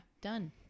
done